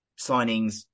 signings